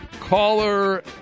caller